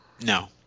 No